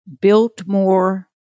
Biltmore